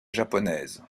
japonaise